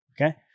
Okay